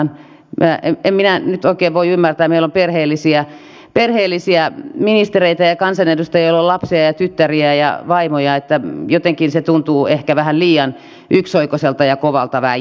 en minä nyt oikein voi ymmärtää meillä on perheellisiä ministereitä ja kansanedustajia joilla on lapsia ja tyttäriä ja vaimoja niin että jotenkin se tuntuu ehkä vähän liian yksioikoiselta ja kovalta väitteeltä